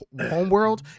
homeworld